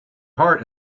heart